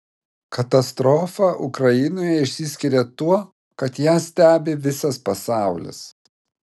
katastrofa ukrainoje išsiskiria tuo kad ją stebi visas pasaulis